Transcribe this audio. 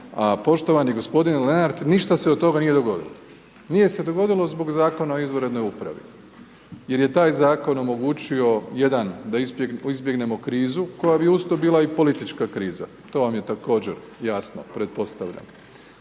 a poštovani gospodin Lenardt ništa se od toga nije dogodilo. Nije se dogodilo zbog zakona o izvanrednoj upravi, jer je taj zakon omogućio jedan da izbjegnemo krizu koja bi uz to bila i politička kriza, to vam je također jasno, pretpostavljam.